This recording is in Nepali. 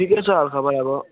ठिकै छ हालखबर अब